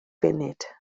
funud